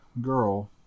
girl